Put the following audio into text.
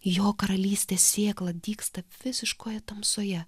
jo karalystės sėkla dygsta visiškoje tamsoje